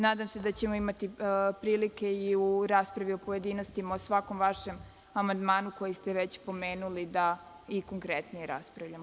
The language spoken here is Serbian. Nadam se da ćemo imati prilike i u raspravu u pojedinostima o svakom vašem amandmanu koji ste već pomenuli da i konkretnije raspravimo.